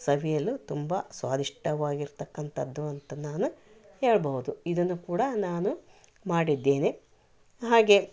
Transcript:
ಸವಿಯಲು ತುಂಬ ಸ್ವಾದಿಷ್ಟವಾಗಿರ್ತಕ್ಕಂಥದ್ದು ಅಂತ ನಾನು ಹೇಳ್ಬಹುದು ಇದನ್ನು ಕೂಡ ನಾನು ಮಾಡಿದ್ದೇನೆ ಹಾಗೆ